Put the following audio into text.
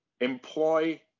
employ